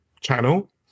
channel